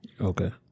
Okay